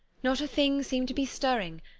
not a thing seemed to be stirring,